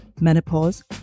menopause